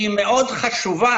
שהיא חשובה מאוד,